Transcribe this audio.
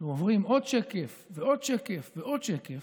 ועוברים עוד שקף ועוד שקף ועוד שקף,